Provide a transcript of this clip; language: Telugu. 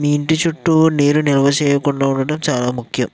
మీ ఇంటి చుట్టూ నీరుని నిల్వ చేయకుండా ఉండటం చాలా ముఖ్యం